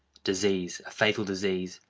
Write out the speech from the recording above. disease a fatal disease,